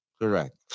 Correct